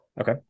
Okay